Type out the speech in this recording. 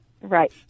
Right